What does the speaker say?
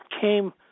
came